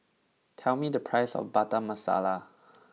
tell me the price of Butter Masala